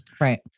Right